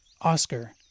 Oscar